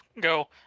go